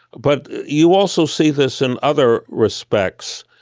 but you also see this in other respects,